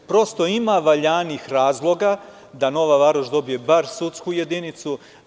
Prosto ima valjanih razloga da Nova Varoš dobije bar sudsku jedinicu.